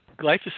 glyphosate